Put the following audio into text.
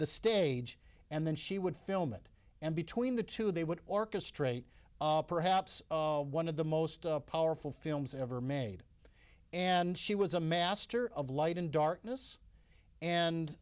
the stage and then she would film it and between the two they would orchestrate perhaps one of the most powerful films ever made and she was a master of light and darkness and